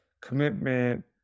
commitment